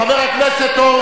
חברת הכנסת חנין זועבי,